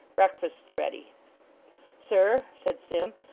breakfast's ready sir, said sim,